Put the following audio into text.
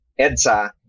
EDSA